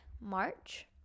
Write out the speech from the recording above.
march